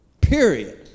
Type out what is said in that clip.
period